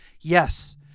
Yes